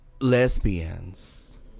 lesbians